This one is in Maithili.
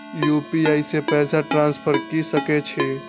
यू.पी.आई से पैसा ट्रांसफर की सके छी?